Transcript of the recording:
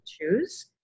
choose